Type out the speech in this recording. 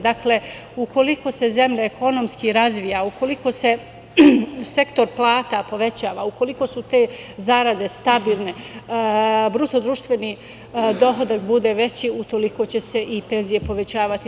Dakle, ukoliko se zemlja ekonomski razvija, ukoliko se sektor plata povećava, ukoliko su te zarade stabilne, bruto društveni dohodak bude veći utoliko će se i penzije povećavati.